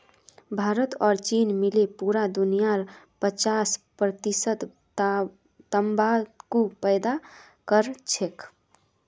भारत और चीन मिले पूरा दुनियार पचास प्रतिशत तंबाकू पैदा करछेक